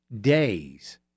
days